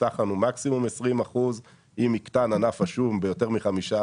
הובטח לנו שאם יקטן ענף השום ביותר מ-5%,